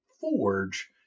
forge